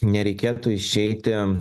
nereikėtų išeiti